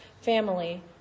family